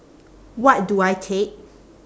what do I take